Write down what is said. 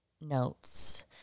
notes